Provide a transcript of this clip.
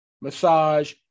massage